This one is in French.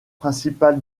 principale